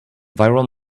viral